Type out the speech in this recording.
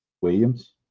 Williams